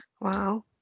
Wow